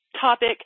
topic